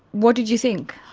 what did you think?